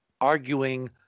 arguing